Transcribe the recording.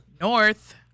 North